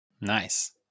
Nice